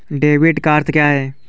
Debit का अर्थ क्या है?